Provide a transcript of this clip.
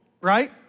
right